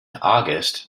august